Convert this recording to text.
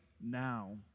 now